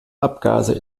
abgase